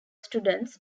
students